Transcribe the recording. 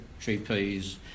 GPs